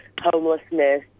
homelessness